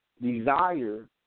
Desire